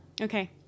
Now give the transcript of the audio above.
Okay